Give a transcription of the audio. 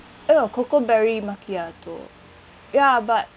oh cocoa berry macchiato ya but